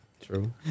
True